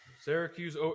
Syracuse